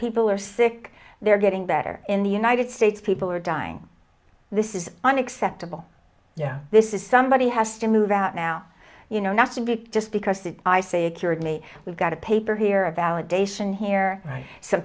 people are sick they're getting better in the united states people are dying this is unacceptable yeah this is somebody has to move out now you know nothing big just because that i say cured me we've got a paper here a validation here